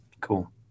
cool